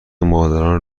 مادران